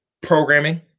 programming